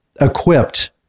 equipped